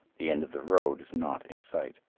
the end of the road is not in sight.